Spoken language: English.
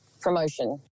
promotion